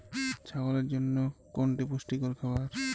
ছাগলের জন্য কোনটি পুষ্টিকর খাবার?